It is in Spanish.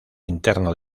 interno